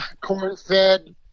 corn-fed